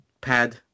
pad